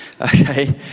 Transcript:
okay